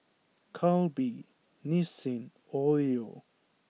Calbee Nissin Oreo